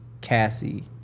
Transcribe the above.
cassie